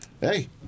Hey